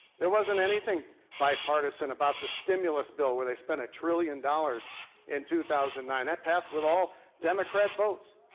there wasn't anything bipartisan about the stimulus bill, where they spent a trillion dollars in two thousand and nine. that passed with all democrat votes.